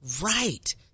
Right